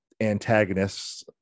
antagonists